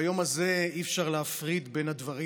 ביום הזה אי-אפשר להפריד בין הדברים,